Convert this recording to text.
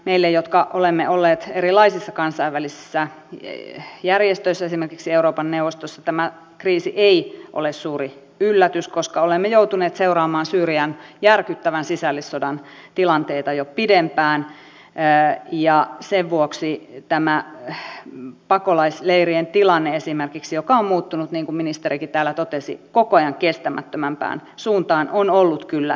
meille jotka olemme olleet erilaisissa kansainvälisissä järjestöissä esimerkiksi euroopan neuvostossa tämä kriisi ei ole suuri yllätys koska olemme joutuneet seuraamaan syyrian järkyttävän sisällissodan tilanteita jo pidempään ja sen vuoksi esimerkiksi tämä pakolaisleirien tilanne joka on muuttunut niin kuin ministerikin täällä totesi koko ajan kestämättömämpään suuntaan on ollut kyllä tiedossa